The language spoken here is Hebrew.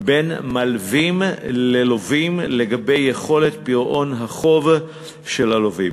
בין מלווים ללווים לגבי יכולת פירעון החוב של הלווים.